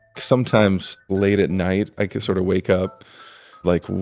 sometimes, late at night, i can sort of wake up like,